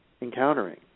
encountering